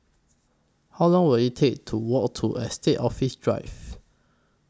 How Long Will IT Take to Walk to Estate Office Drive